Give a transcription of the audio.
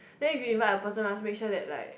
then if you invite a person must make sure that like